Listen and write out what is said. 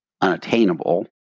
unattainable